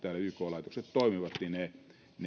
laitokset toimivat niin ne